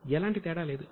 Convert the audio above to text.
ఎలాంటి తేడా లేదు